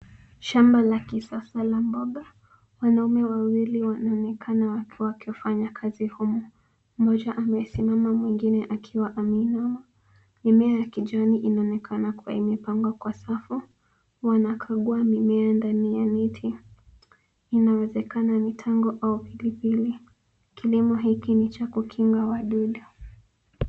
Shamba la kisasa la mboga. Wanaume wawili wanaonekana wakiwa wakifanya kazi humo. Mmmoja anayesimama mwingine akiwa ameinama. Mimea ya kijani inaonekana kuwa imepangwa kwa safu. Wanakagua mimea ndani ya miti, inawezekana ni tango au pilipili. Kilimo hiki ni cha kukinga wadudu.